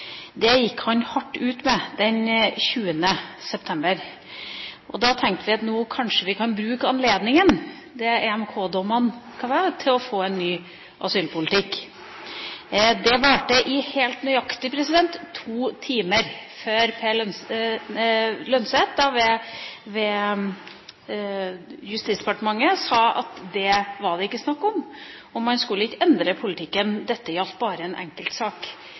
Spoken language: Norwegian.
Det gikk han hardt ut med den 20. september, og da tenkte vi at nå kan vi kanskje bruke anledninga – etter dommene i EMK – til å få en ny asylpolitikk. Det varte i helt nøyaktig to timer før Pål Lønseth ved Justisdepartementet sa at det var det ikke snakk om – man skulle ikke endre politikken. Dette gjaldt bare en enkelt sak.